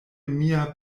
mia